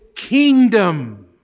kingdom